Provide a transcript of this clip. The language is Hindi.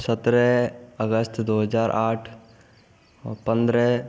सत्रह अगस्त दो हज़ार आठ और पंद्रह